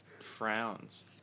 frowns